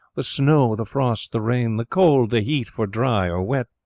the snow, the frost, the rain, the cold, the heat for dry, or wet,